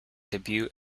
debut